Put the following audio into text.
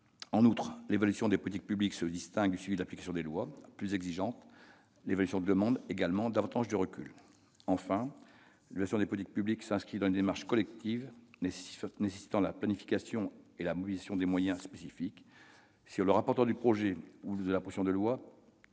En outre, l'évaluation des politiques publiques se distingue du suivi de l'application des lois. Plus exigeante, l'évaluation demande également davantage de recul. Enfin, l'évaluation des politiques publiques s'inscrit dans une démarche collective, nécessitant la planification et la mobilisation de moyens spécifiques. Si le rapporteur du projet ou de la proposition de loi